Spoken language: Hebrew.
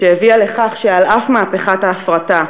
שהביאה לכך שעל אף מהפכת ההפרטה,